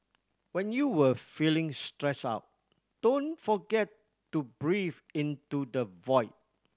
when you are feeling stressed out don't forget to breathe into the void